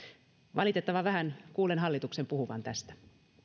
valitettavan vähän kuulen hallituksen puhuvan tästä